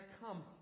come